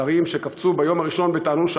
הממשלה סופרים את הדקות שנותרו לנשיא